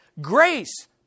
Grace